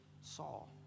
Saul